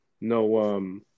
no